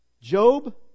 Job